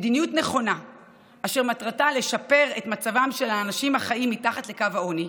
מדיניות נכונה אשר מטרתה לשפר את מצבם של אנשים החיים מתחת לקו העוני,